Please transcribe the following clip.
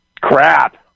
crap